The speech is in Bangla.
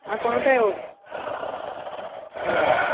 আর কোনোটায় ও ও